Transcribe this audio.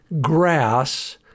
grass